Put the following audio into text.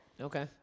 Okay